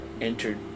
entered